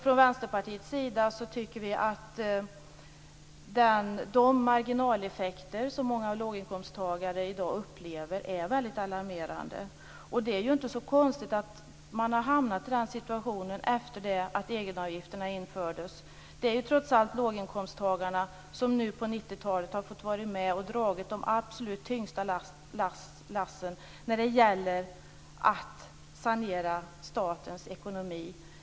Från Vänsterpartiets sida tycker vi att de marginaleffekter som många låginkomsttagare i dag upplever är väldigt alarmerande. Och det är ju inte så konstigt att man har hamnat i den situationen efter det att egenavgifterna infördes. Det är ju trots allt låginkomsttagarna som nu på 90-talet har fått vara med och dra de absolut tyngsta lassen när det gäller att sanera statens ekonomi.